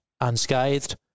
unscathed